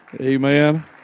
Amen